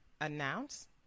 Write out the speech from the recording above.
Announce